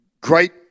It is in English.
great